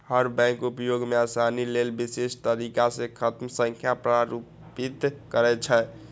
हर bank उपयोग मे आसानी लेल विशिष्ट तरीका सं खाता संख्या प्रारूपित करै छै